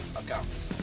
accounts